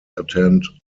attend